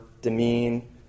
demean